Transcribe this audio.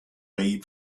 railway